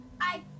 I-